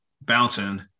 bouncing